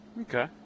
Okay